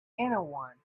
anyone